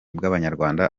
bw’abanyarwanda